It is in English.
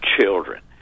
children